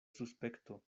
suspekto